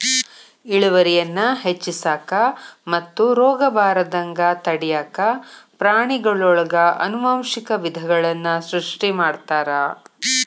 ಇಳುವರಿಯನ್ನ ಹೆಚ್ಚಿಸಾಕ ಮತ್ತು ರೋಗಬಾರದಂಗ ತಡ್ಯಾಕ ಪ್ರಾಣಿಗಳೊಳಗ ಆನುವಂಶಿಕ ವಿಧಗಳನ್ನ ಸೃಷ್ಟಿ ಮಾಡ್ತಾರ